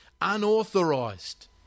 unauthorized